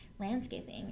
landscaping